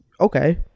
Okay